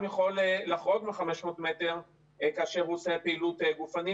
יכול לחרוג מ-500 מטר כאשר הוא עושה פעילות גופנית.